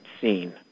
scene